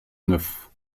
neuf